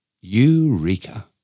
Eureka